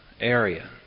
area